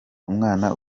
umwana